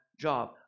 job